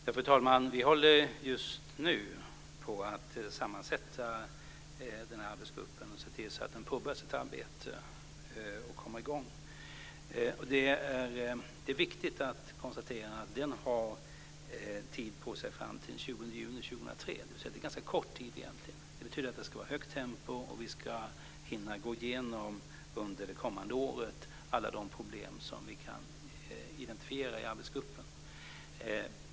Fru talman! Vi håller just nu på att sammansätta den här arbetsgruppen och se till att den påbörjar sitt arbete och kommer i gång. Det är viktigt att konstatera att den har tid på sig fram till den 20 juni 2003. Det är alltså ganska kort tid egentligen. Det betyder att det ska vara ett högt tempo. Arbetsgruppen ska under det kommande året hinna gå igenom alla de problem som vi kan identifiera.